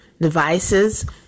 devices